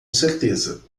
certeza